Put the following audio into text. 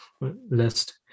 list